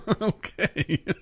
Okay